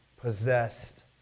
possessed